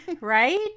right